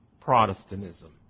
Protestantism